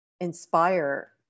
inspire